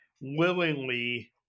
willingly